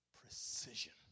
precision